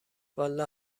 والا